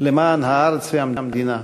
למען הארץ והמדינה,